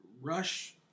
Rush